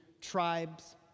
tribes